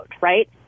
right